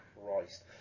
Christ